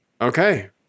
Okay